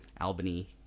Albany